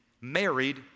married